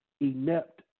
inept